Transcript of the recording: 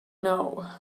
know